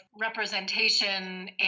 representation